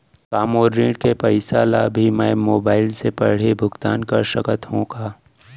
का मोर ऋण के पइसा ल भी मैं मोबाइल से पड़ही भुगतान कर सकत हो का?